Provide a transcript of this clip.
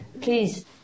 Please